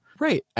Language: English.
Right